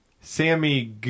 Sammy